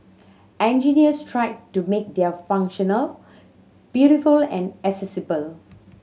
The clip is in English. engineers tried to make their functional beautiful and accessible